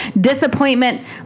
disappointment